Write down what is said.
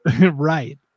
Right